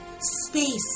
space